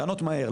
לענות מהר.